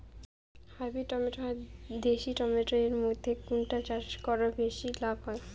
Hybrid tomato আর দেশি tomato এর মইধ্যে কোনটা চাষ করা বেশি লাভ হয়?